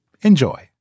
Enjoy